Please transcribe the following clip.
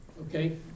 Okay